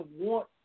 want